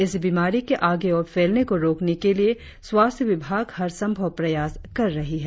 इस बीमारी के आगे और फैलने को रोकने के लिए स्वास्थ्य विभाग हर संभव प्रयास कर रही है